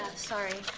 sorry.